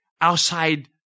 outside